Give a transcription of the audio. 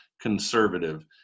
conservative